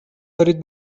دارید